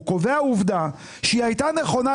הוא קובע עובדה שהיא הייתה נכונה,